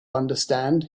understand